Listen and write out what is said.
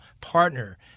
partner